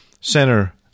center